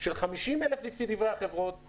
של 50,000 אירועים לפי דברי החברות,